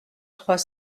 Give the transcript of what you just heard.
trois